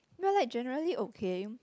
we're like generally okay